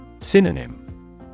Synonym